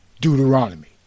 Deuteronomy